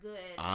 Good